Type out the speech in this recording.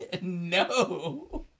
No